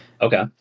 Okay